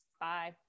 Bye